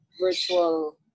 virtual